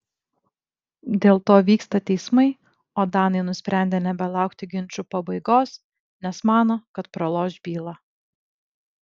dėl to vyksta teismai o danai nusprendė nebelaukti ginčų pabaigos nes mano kad praloš bylą